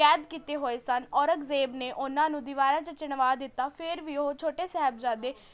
ਕੈਦ ਕੀਤੇ ਹੋਏ ਸਨ ਔਰੰਗਜ਼ੇਬ ਨੇ ਉਹਨਾਂ ਨੂੰ ਦੀਵਾਰਾਂ 'ਚ ਚਿਣਵਾ ਦਿੱਤਾ ਫਿਰ ਵੀ ਉਹ ਛੋਟੇ ਸਾਹਿਬਜ਼ਾਦੇ